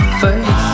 face